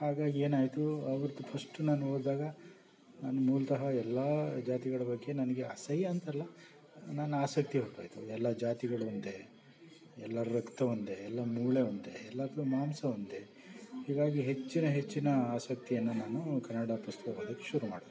ಹಾಗಾಗಿ ಏನಾಯಿತು ಅವತ್ತು ಫಸ್ಟು ನಾನು ಓದ್ದಾಗ ನಾನು ಮೂಲತಃ ಎಲ್ಲಾ ಜಾತಿಗಳ ಬಗ್ಗೆ ನನಗೆ ಅಸಹ್ಯ ಅಂತಲ್ಲ ನನ್ನ ಆಸಕ್ತಿ ಹೊರಟೋಯ್ತು ಎಲ್ಲ ಜಾತಿಗಳು ಒಂದೇ ಎಲ್ಲರ ರಕ್ತ ಒಂದೇ ಎಲ್ಲ ಮೂಳೆ ಒಂದೇ ಎಲ್ಲಾದರು ಮಾಂಸ ಒಂದೇ ಇವಾಗ ಹೆಚ್ಚಿನ ಹೆಚ್ಚಿನ ಆಸಕ್ತಿಯಿಂದ ನಾನು ಕನ್ನಡ ಪುಸ್ತಕ ಓದೋಕೆ ಶುರು ಮಾಡಿದೆ